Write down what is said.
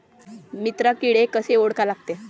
मित्र किडे कशे ओळखा लागते?